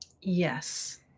Yes